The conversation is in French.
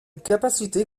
capacité